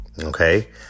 Okay